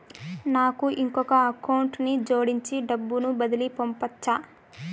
నాకు ఇంకొక అకౌంట్ ని జోడించి డబ్బును బదిలీ పంపొచ్చా?